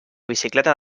bicicleta